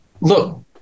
look